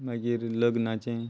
मागीर लग्नाचें